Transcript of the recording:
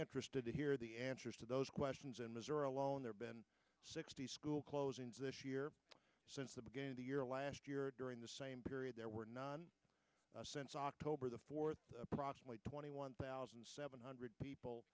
interested to hear the answers to those questions in missouri alone there been sixty school closings this year since the beginning of the year last year during the same period there were none since october the fourth approximately twenty one thousand seven hundred people